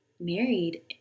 married